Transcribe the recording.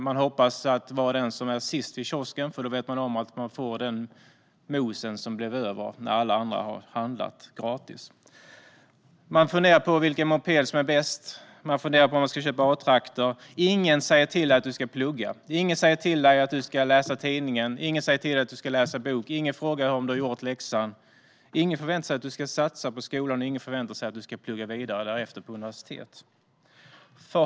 Han hoppas få vara den som är sist vid kiosken, för då vet han att han gratis får det mos som blir över när alla andra har handlat. Han funderar på vilken moped som är bäst och om han ska köpa en A-traktor. Ingen säger till honom att han ska plugga. Ingen säger till honom att läsa tidningen. Ingen säger till honom att läsa en bok. Ingen frågar om han har gjort läxan. Ingen väntar sig att han ska satsa på skolan, och ingen väntar sig att han ska plugga vidare på universitet därefter.